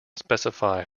specify